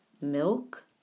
milk